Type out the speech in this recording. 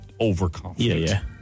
overconfident